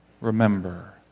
remember